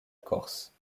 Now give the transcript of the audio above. corse